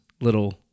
little